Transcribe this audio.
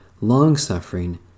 long-suffering